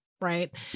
right